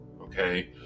okay